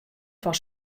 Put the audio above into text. fan